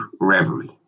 Reverie